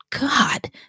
God